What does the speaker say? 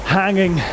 hanging